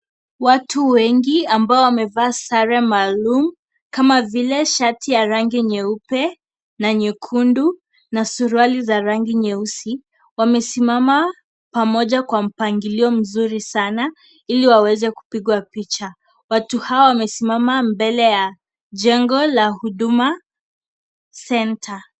Watu wengi ambao wamevaa sare maalum, kama vile shati ya rangi nyeupe na nyekundu na suruali za rangi nyeusi, wamesimama pamoja kwa mpangilio mzuri sana ili waweze kupigwa picha. Watu hawa wamesimama mbele ya jengo la Huduma Center.